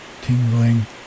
Tingling